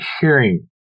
hearing